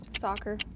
Soccer